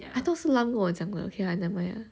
I thought 是 lang 跟我讲的 okay lah never mind ah